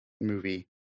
movie